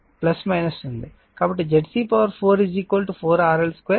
కాబట్టి ZC 4 4RL 2 XC 2